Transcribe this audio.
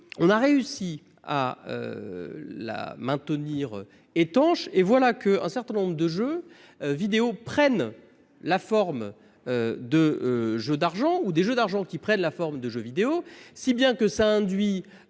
avons réussi à la maintenir étanche. Mais voilà qu'un certain nombre de jeux vidéo prennent la forme de jeux d'argent- et que des jeux d'argent prennent la forme de jeux vidéo. Cela induit